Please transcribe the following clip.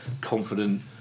confident